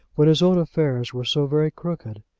when his own affairs were so very crooked!